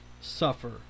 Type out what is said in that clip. suffer